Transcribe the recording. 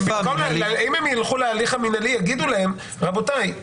אם הם יילכו להליך המנהלי יגידו להם: רבותיי,